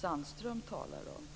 Sandström talar om.